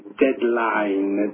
deadline